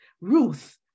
Ruth